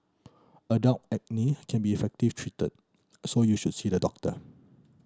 adult acne can be effective treated so you should see the doctor